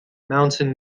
mountain